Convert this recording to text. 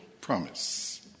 promise